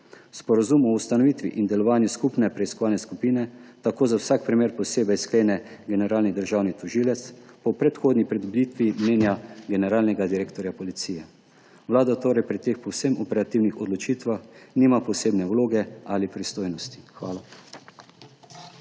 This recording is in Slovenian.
Sporazum o ustanovitvi in delovanju skupne preiskovalne skupine tako za vsak primer posebej sklene generalni državni tožilec po predhodni pridobitvi menja generalnega direktorja Policije. Vlada torej pri teh povsem operativnih odločitvah nima posebne vloge ali pristojnosti. Hvala.